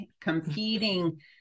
competing